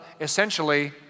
essentially